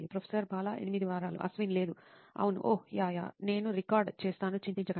professor Bala 8 వారాలు అశ్విన్ లేదు అవును ఓహ్ యా యా నేను రికార్డ్ చేస్తాను చింతించకండి